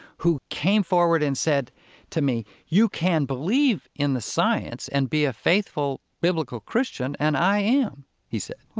who came forward and said to me, you can believe in the science and be a faithful biblical christian, and i am he said.